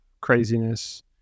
craziness